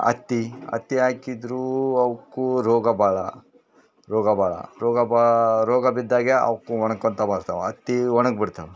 ಹತ್ತಿ ಹತ್ತಿ ಹಾಕಿದ್ರೂ ಅವ್ಕು ರೋಗ ಭಾಳ ರೋಗ ಭಾಳ ರೋಗ ಬಾ ರೋಗ ಬಿದ್ದಾಗೆ ಅವು ಒಣ್ಕೋಂತ ಬರ್ತಾವೆ ಹತ್ತಿ ಒಣ್ಗಿ ಬಿಡ್ತಾವೆ